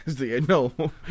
No